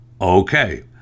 okay